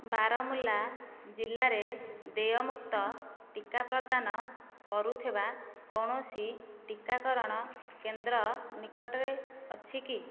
ବାରମୁଲ୍ଲା ଜିଲ୍ଲାରେ ଦେୟମୁକ୍ତ ଟିକା ପ୍ରଦାନ କରୁଥିବା କୌଣସି ଟିକାକରଣ କେନ୍ଦ୍ର ନିକଟରେ ଅଛି କି